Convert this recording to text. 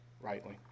rightly